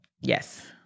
yes